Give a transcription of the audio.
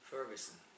Ferguson